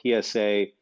PSA